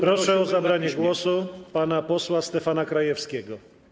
Proszę o zabranie głosu pana posła Stefana Krajewskiego.